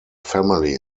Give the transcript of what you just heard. family